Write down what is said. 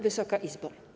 Wysoka Izbo!